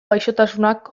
gaixotasunak